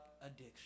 addiction